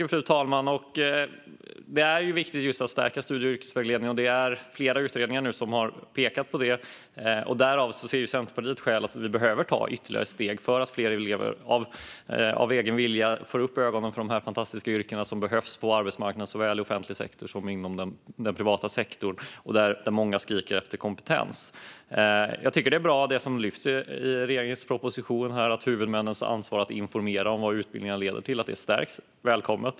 Fru talman! Det är viktigt just att stärka studie och yrkesvägledningen. Det är flera utredningar som har pekat på det. Därför ser Centerpartiet skäl till att ta ytterligare steg för att fler elever av egen vilja ska få upp ögonen för dessa fantastiska yrken som behövs på arbetsmarknaden, såväl i offentlig sektor som inom den privata sektorn, där många skriker efter kompetens. Jag tycker att det som tas upp i regeringens proposition här är bra. Att huvudmännen har ansvar för att informera om vad utbildningarna leder till är välkommet.